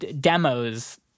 demos